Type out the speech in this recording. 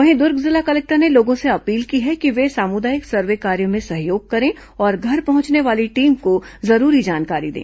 वहीं द्र्ग जिला कलेक्टर ने लोगों से अपील की है कि वे सामुदायिक सर्वे कार्य में सहयोग करें और घर पहुंचने वाली टीम को जरूरी जानकारी दें